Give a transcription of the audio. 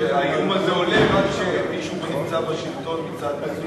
שהאיום הזה עולה רק כשמישהו נמצא בשלטון מצד מסוים.